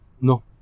no